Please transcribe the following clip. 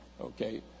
okay